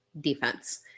defense